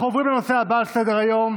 אנחנו עוברים לנושא הבא על סדר-היום,